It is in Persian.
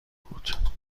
بود